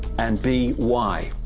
and b why?